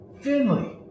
Finley